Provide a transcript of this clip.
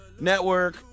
network